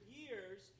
years